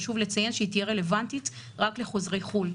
חשוב לציין שהיא תהיה רלוונטית רק לחוזרי חו"ל,